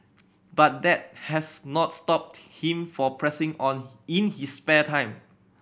but that has not stopped him for pressing on in his spare time